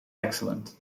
excellent